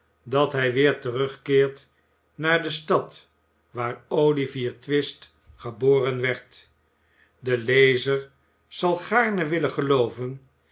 dat hij weer terugkeert naar de stad waar olivier twist geboren werd de lezer zal gaarne willen gelooven